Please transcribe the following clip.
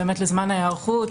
באמת לזמן ההערכות,